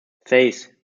seis